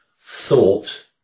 thought